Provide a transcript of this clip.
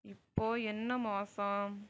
இப்போது என்ன மாதம்